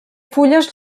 fulles